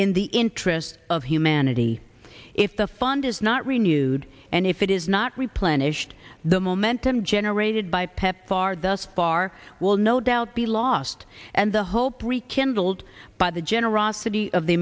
in the interest of humanity if the fund is not renewed and if it is not replenished the momentum generated by pepfar thus far will no doubt be lost and the hope rekindled by the generosity of the